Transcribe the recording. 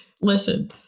listen